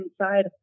inside